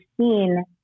seen